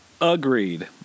Agreed